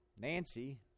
Nancy